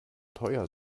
teuer